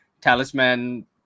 talisman